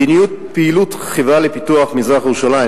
מדיניות פעילות החברה לפיתוח מזרח-ירושלים,